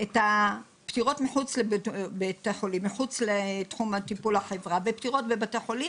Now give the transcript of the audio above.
את הפטירות מחוץ לבתי החולים ופטירות בבתי חולים,